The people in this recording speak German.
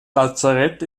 lazarett